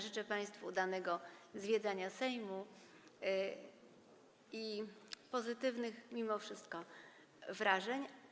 Życzę państwu udanego zwiedzania Sejmu i pozytywnych mimo wszystko wrażeń.